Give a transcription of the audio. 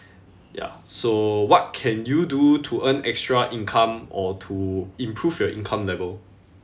ya so what can you do to earn extra income or to improve your income level